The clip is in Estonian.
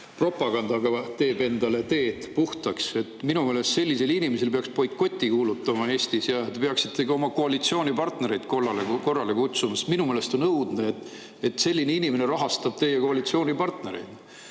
propagandaga teeb endale teed puhtaks. Minu meelest peaks sellisele inimesele Eestis boikoti kuulutama. Te peaksite ka oma koalitsioonipartnereid korrale kutsuma. Minu meelest on õudne, et selline inimene rahastab teie koalitsioonipartnereid.